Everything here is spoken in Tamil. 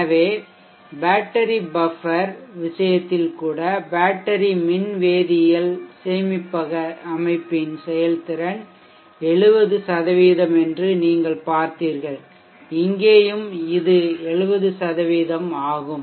எனவே பேட்டரி பஃப்பர் இடையக விஷயத்தில் கூட பேட்டரி மின்வேதியியல் சேமிப்பக அமைப்பின் செயல்திறன் 70 சதவிகிதம் என்று நீங்கள் பார்த்தீர்கள் இங்கேயும் இது 70 சதவிகிதம் ஆகும்